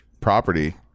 property